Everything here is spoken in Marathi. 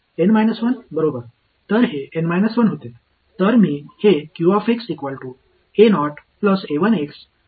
एन 1 बरोबर तर हे एन 1 होते